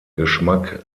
geschmack